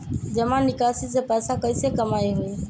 जमा निकासी से पैसा कईसे कमाई होई?